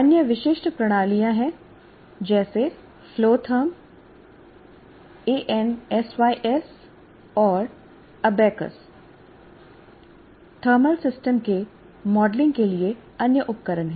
अन्य विशिष्ट प्रणालियाँ हैं जैसे फ़्लो थर्म एएनएसवायएस और अबेकस थर्मल सिस्टम के मॉडलिंग के लिए अन्य उपकरण हैं